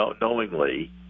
knowingly